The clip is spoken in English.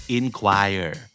inquire